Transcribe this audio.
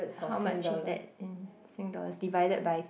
how much is that in sing dollars divided by